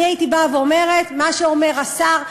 אני הייתי אומרת מה שאומר השר,